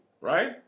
right